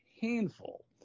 handful